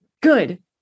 Good